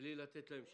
בלי לתת להן שיפוי.